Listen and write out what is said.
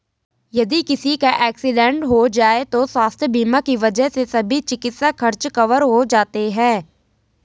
यदि किसी का एक्सीडेंट हो जाए तो स्वास्थ्य बीमा की वजह से सभी चिकित्सा खर्च कवर हो जाते हैं